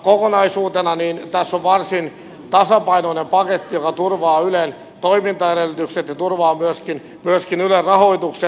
kokonaisuutena tässä on varsin tasapainoinen paketti joka turvaa ylen toimintaedellytykset ja turvaa myöskin ylen rahoituksen